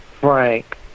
Frank